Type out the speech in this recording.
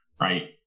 right